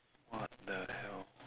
what the hell